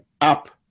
up